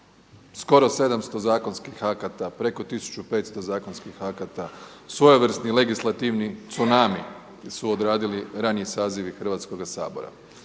Skoro 700 zakonskih akata, preko 1500 zakonskih akata, svojevrsni legislativni cunami su odradili raniji sazivi Hrvatskoga sabora.